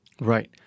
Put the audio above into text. Right